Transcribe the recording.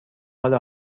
حال